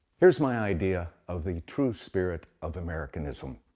here's my idea of the true spirit of americanism.